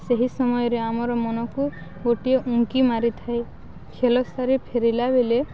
ସେହି ସମୟରେ ଆମର ମନକୁ ଗୋଟିଏ ଉଙ୍କି ମାରିଥାଏ ଖେଳ ସାରି ଫେରିଲା ବେଳେ